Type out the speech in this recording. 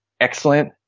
excellent